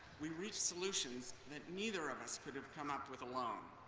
we reach solutions that neither of us could have come up with alone.